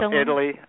Italy